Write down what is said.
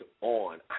on